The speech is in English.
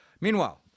Meanwhile